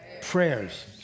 prayers